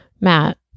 matt